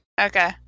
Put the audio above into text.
Okay